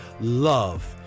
love